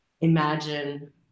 imagine